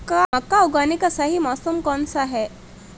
मक्का उगाने का सही मौसम कौनसा है?